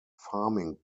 farming